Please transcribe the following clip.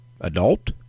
Adult